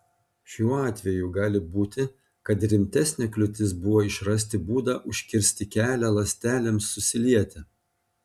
šiuo atveju gali būti kad rimtesnė kliūtis buvo išrasti būdą užkirsti kelią ląstelėms susilieti